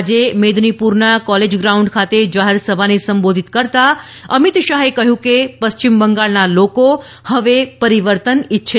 આજે મેદનીપુરના college ground ખાતે જાહેર સભાને સંબોધિત કરતા અમિત શાહે કહ્યું કે પશ્ચિમ બંગાળના લોકો હવે પરિવર્તન ઇચ્છે છે